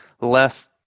less